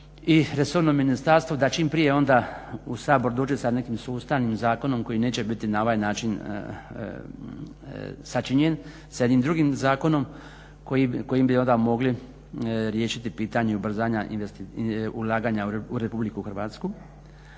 i resorno ministarstvo da čim prije onda u Sabor dođe sa nekim sustavnim zakonom koji neće biti na ovaj način sačinjen, sa jednim drugim zakonom kojim bi onda mogli riješiti pitanje ubrzanja ulaganja u RH.